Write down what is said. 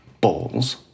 balls